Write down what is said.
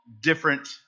different